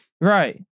right